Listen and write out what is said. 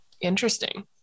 Interesting